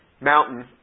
mountain